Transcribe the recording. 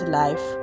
life